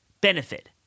benefit